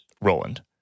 Roland